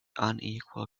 unequal